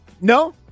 No